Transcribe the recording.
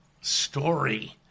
story